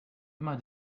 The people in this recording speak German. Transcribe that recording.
immer